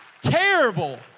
terrible